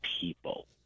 people